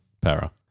para